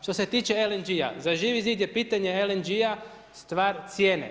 Što se tiče LNG, za Živi zid je pitanje LNG-a stvar cijene.